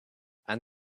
and